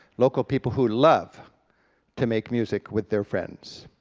local people who love to make music with their friends.